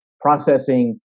Processing